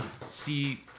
see